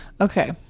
Okay